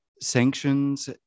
sanctions